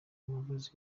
umugozi